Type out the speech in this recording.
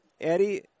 Eddie